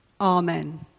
Amen